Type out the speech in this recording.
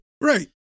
right